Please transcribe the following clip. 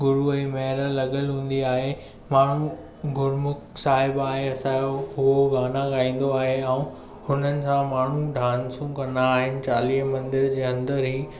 गुरूअ जी महिर लॻल हूंदी आहे माण्हू गुरुमुख साहिब आहे असां जो उहो गाना ॻाइंदो आहे ऐं हुननि सां माण्हू डानसूं कंदा आहिनि चालीहें मंदिर जे अंदर ई